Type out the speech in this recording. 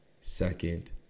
second